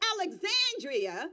Alexandria